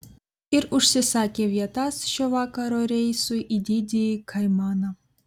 ir užsisakė vietas šio vakaro reisui į didįjį kaimaną